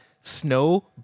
snow